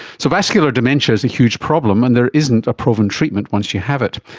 so vascular dementia is a huge problem and there isn't a proven treatment once you have it.